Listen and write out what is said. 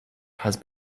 has